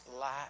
light